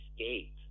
escape